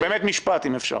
משפט, אם אפשר.